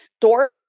door